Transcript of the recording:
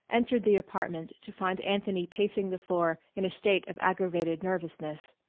entered the apartment to find anthony pacing the floor in a state of aggravated nervousness.